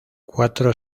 cuatro